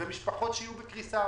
משפחות יהיו בקריסה,